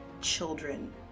children